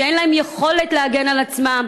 כשאין להם יכולת להגן על עצמם.